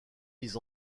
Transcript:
mis